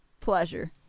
Pleasure